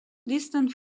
distance